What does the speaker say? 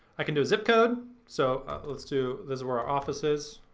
i can do a zip code. so let's do, this is where our office is.